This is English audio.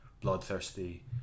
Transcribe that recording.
bloodthirsty